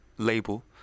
label